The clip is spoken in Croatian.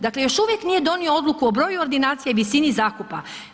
Dakle još uvijek nije donio odluku o broju ordinacija i visini zakupa.